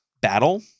Battle